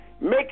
Make